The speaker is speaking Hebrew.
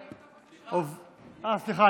סליחה,